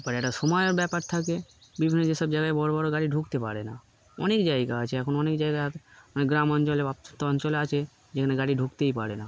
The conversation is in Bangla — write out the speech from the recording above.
তারপর একটা সময়ের ব্যাপার থাকে বিভিন্ন যেসব জায়গায় বড় বড় গাড়ি ঢুকতে পারে না অনেক জায়গা আছে এখন অনেক জায়গায় গ্রাম অঞ্চলে বা্ত অঞ্চলে আছে যেখানে গাড়ি ঢুকতেই পারে না